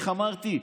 איך אמרתי?